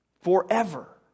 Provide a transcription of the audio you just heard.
forever